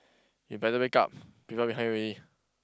you better wake up people behind you already